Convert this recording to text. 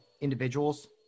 individuals